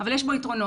אבל יש בו יתרונות,